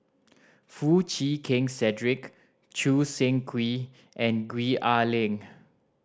Foo Chee Keng Cedric Choo Seng Quee and Gwee Ah Leng